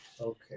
okay